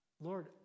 Lord